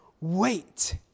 wait